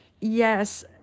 yes